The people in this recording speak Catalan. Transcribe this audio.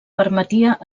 permetia